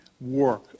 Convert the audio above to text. work